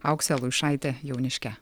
aukse luišaite jauniške